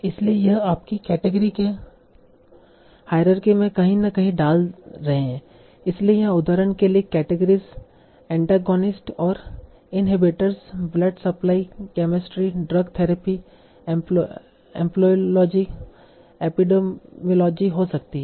इसलिए यह आपकी केटेगरी के हायरार्की में कहीं न कहीं डाल रहे है इसलिए यहां उदाहरण के लिए केटेगरीस एंटागोनिस्ट्स और inhibitors blood supply chemistry drug therapy embryology epidemiology हो सकती हैं